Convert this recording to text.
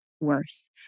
Worse